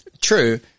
True